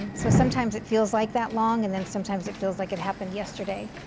um so sometimes it feels like that long. and then sometimes it feels like it happened yesterday.